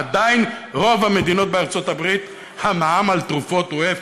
עדיין ברוב המדינות בארצות הברית המע"מ על תרופות הוא אפס,